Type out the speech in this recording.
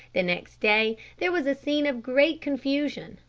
the next day there was a scene of great confusion.